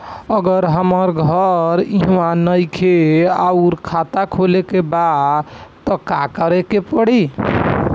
अगर हमार घर इहवा नईखे आउर खाता खोले के बा त का करे के पड़ी?